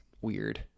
weird